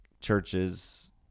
churches